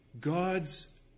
God's